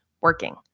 working